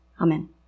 Amen